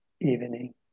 evening